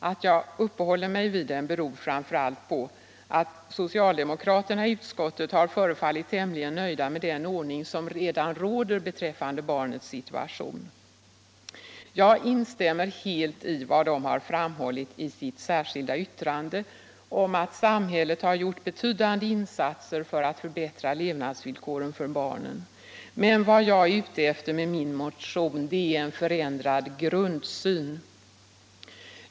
Att jag uppehåller mig vid den beror framför allt på att socialdemokraterna i utskottet har förefallit tämligen nöjda med den ordning som redan råder beträffande barnets situation. Jag instämmer helt i vad de har framhållit i sitt särskilda yttrande nr 5 om att samhället har gjort betydande insatser för att förbättra levnadsvillkoren för barnen. Men vad jag är ute efter med min motion är en förändrad grundsyn.